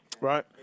Right